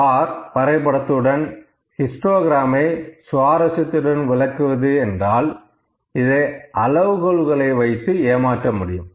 பார் வரைபடத்துடன் ஹிஸ்டோகிரம் ஐ சுவாரஸ்யத்துடன் விளக்குவது என்றால் இதை அளவுகோல்களை வைத்து ஏமாற்ற முடியும்